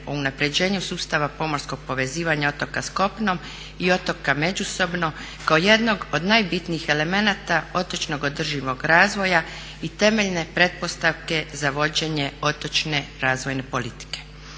o unapređenju sustava pomorskog povezivanja otoka s kopnom i otoka međusobno kao jednog od najbitnijih elemenata otočnog održivog razvoja i temeljne pretpostavke za vođenje otočne razvojne politike.